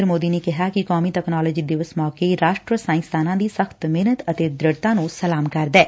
ਪ੍ਰਧਾਨ ਮੰਤਰੀ ਨਰੇਦਰ ਮੋਦੀ ਨੇ ਕਿਹਾ ਕਿ ਕੌਮੀ ਤਕਨਾਲੋਜੀ ਦਿਵਸ ਮੌਕੇ ਰਾਸ਼ਟਰ ਸਾਇੰਸਦਾਨਾਂ ਦੀ ਸਖ਼ਤ ਮਿਹਨਤ ਅਤੇ ਦ੍ਰਿੜਤਾ ਨੂੰ ਸਲਾਮ ਕਰਦੈ